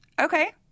Okay